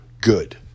good